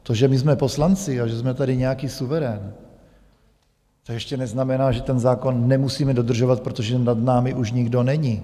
To, že my jsme poslanci a že jsme tady nějaký suverén, to ještě neznamená, že ten zákon nemusíme dodržovat, protože nad námi už nikdo není.